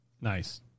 Nice